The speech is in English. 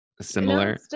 similar